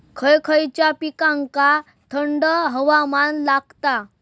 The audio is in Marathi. खय खयच्या पिकांका थंड हवामान लागतं?